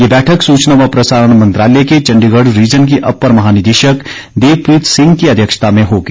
ये बैठक सूचना व प्रसारण मंत्रालय के चण्डीगढ़ रीजन की अप्पर महानिदेशक देव प्रीत सिंह की अध्यक्षता में होगी